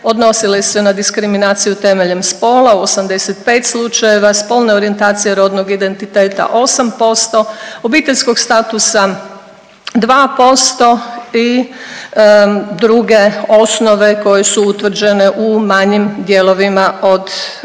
Odnosile su se na diskriminaciju temeljem spola u 85 slučajeva, spolne orijentacije rodnog identiteta 8%, obiteljskog statusa 2% i druge osnove koje su utvrđene u manjim dijelovima od 2%,